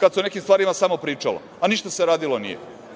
kada se o nekim stvarima samo pričalo, a ništa se radilo nije. Što